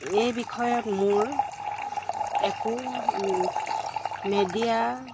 এই বিষয়ত মোৰ একো মিডিয়া